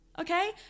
okay